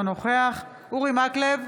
אינו נוכח אורי מקלב,